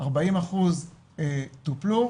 40% טופלו,